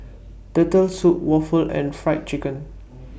Turtle Soup Waffle and Fried Chicken